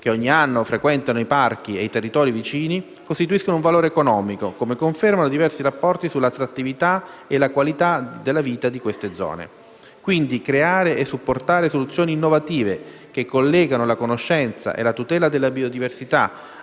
che ogni anno frequentano i parchi e i territori vicini costituiscono un valore economico, come confermano diversi rapporti sull'attrattività e la qualità della vita di dette zone. Quindi, creare e supportare soluzioni innovative che collegano la conoscenza e la tutela della biodiversità